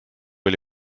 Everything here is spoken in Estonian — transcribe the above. oli